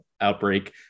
outbreak